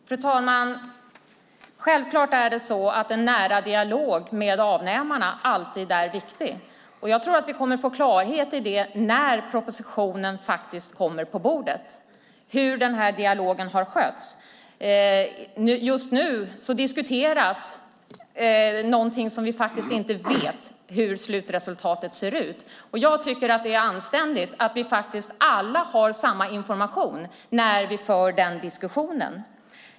Fru talman! Självklart är en nära dialog med avnämarna alltid viktig. Jag tror att vi kommer att få klarhet i hur dialogen har skötts när propositionen kommer på bordet. Just nu diskuteras någonting där vi inte vet hur slutresultatet ser ut. Det är anständigt att vi alla har samma information när vi för den diskussionen.